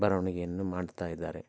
ಬರವಣಿಗೆಯನ್ನು ಮಾಡ್ತಾ ಇದ್ದಾರೆ